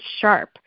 sharp